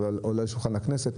זה עולה לשולחן הכנסת.